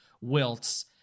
wilts